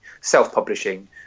self-publishing